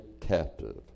captive